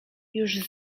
już